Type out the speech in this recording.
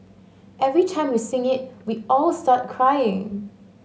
every time we sing it we all start crying